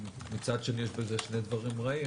מצד שני יש בזה שני דברים רעים.